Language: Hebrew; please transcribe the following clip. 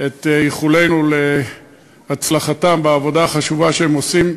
את איחולינו להצלחתם בעבודה החשובה שהם עושים,